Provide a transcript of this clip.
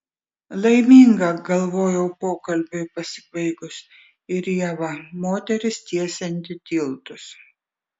laiminga galvojau pokalbiui pasibaigus ir ieva moteris tiesianti tiltus